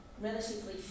relatively